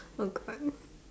oh God